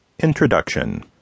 Introduction